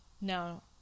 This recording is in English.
No